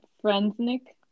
friends-nick